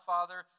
Father